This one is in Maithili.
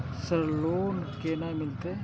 सर लोन केना मिलते?